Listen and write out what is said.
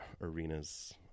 arenas